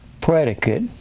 predicate